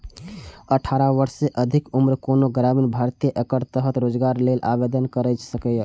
अठारह वर्ष सँ अधिक उम्रक कोनो ग्रामीण भारतीय एकर तहत रोजगार लेल आवेदन कैर सकैए